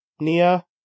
Nia